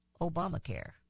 Obamacare